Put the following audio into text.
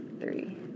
three